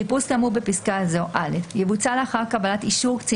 חיפוש כאמור בפסקה זו יבוצע לאחר קבלת אישור קצין